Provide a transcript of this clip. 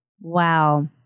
Wow